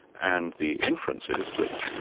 and the inference is that,